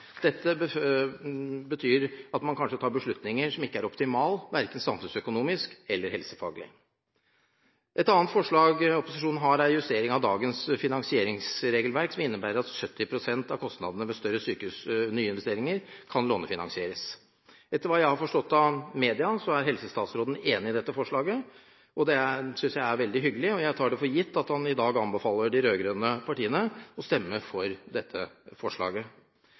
Dette betyr at man kanskje tar beslutninger som ikke er optimale, verken samfunnsøkonomisk eller helsefaglig. Et annet forslag opposisjonen har, er en justering av dagens finansieringsregelverk som innebærer at 70 pst. av kostnadene ved større nyinvesteringer kan lånefinansieres. Etter hva jeg har forstått av media, er helsestatsråden enig i dette forslaget. Det synes jeg er veldig hyggelig, og jeg tar det for gitt at han anbefaler de rød-grønne partiene å stemme for dette forslaget.